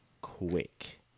quick